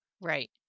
right